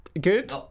good